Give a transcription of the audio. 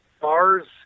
bars